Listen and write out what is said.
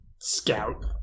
scout